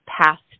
past